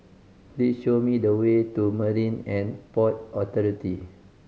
please show me the way to Marine And Port Authority